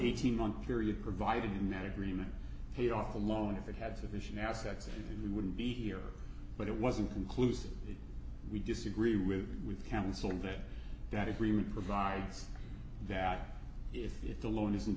eighteen month period provided in that agreement pay off a loan if it had sufficient assets and we wouldn't be here but it wasn't conclusive we disagree with you with counsel that that agreement provides that if it's a loan isn't